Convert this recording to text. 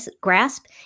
grasp